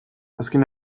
azken